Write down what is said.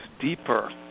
deeper